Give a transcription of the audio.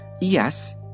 Yes